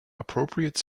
appropriate